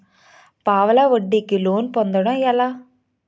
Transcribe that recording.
పావలా వడ్డీ కి లోన్ పొందటం ఎలా?